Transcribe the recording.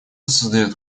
создает